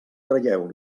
traieu